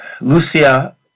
Lucia